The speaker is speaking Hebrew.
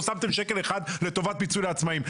לא שמתם שקל אחד לטובת פיצוי לעצמאים ?